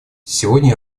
сегодня